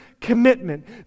commitment